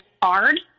card